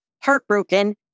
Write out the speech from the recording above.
heartbroken